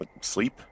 sleep